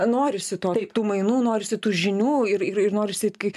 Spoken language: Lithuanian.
norisi to tų mainų norisi tų žinių ir ir norisi kaip